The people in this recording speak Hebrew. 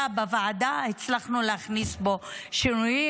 בוועדה הצלחנו להכניס בו שינויים.